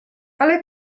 ale